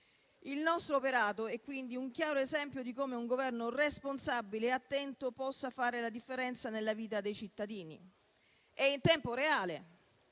Il nostro operato è quindi un chiaro esempio di come un Governo responsabile e attento possa fare la differenza nella vita dei cittadini e in tempo reale,